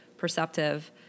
perceptive